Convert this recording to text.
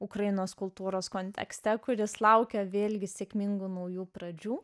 ukrainos kultūros kontekste kuris laukia vėlgi sėkmingų naujų pradžių